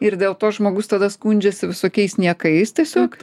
ir dėl to žmogus tada skundžiasi visokiais niekais tiesiog